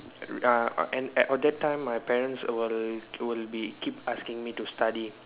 uh and at on that time my parents will will be keep asking me to study